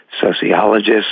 sociologists